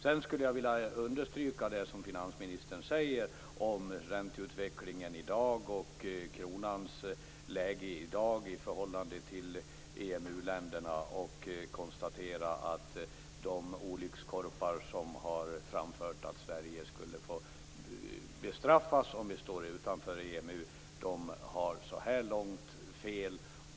Sedan skulle jag vilja understryka det som finansministern säger om ränteutvecklingen och kronans läge i dag i förhållande till EMU-länderna. Jag kan konstatera att de olyckskorpar som har framfört att Sverige skulle bestraffas om vi står utanför EMU så här långt har haft fel.